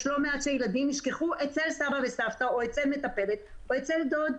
יש לא מעט ילדים שנשכחו אצל סבא וסבתא או אצל מטפלת או אצל דוד,